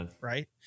Right